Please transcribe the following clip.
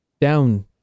down